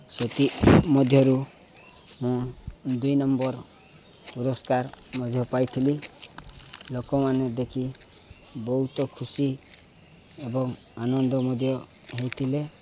ସେଥିମଧ୍ୟରୁ ମୁଁ ଦୁଇ ନମ୍ବର୍ ପୁରସ୍କାର ମଧ୍ୟ ପାଇଥିଲି ଲୋକମାନେ ଦେଖି ବହୁତ ଖୁସି ଏବଂ ଆନନ୍ଦ ମଧ୍ୟ ହୋଇଥିଲେ